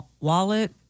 wallet